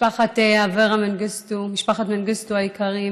משפחת אברה מנגיסטו היקרים,